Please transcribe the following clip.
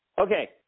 Okay